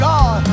God